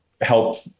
help